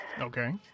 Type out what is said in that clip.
Okay